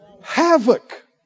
Havoc